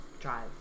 drive